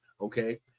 Okay